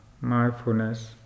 mindfulness